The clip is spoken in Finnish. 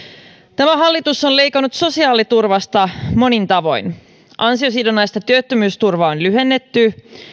tämä hallitus on leikannut sosiaaliturvasta monin tavoin ansiosidonnaista työttömyysturvaa on lyhennetty